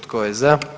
Tko je za?